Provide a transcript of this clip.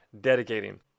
dedicating